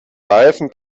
reifen